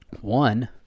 one